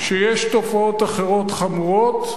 כשיש תופעות חמורות אחרות,